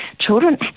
Children